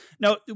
Now